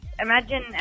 Imagine